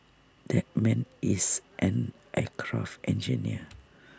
that man is an aircraft engineer